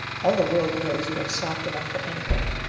all the world knows you are soft enough for anything.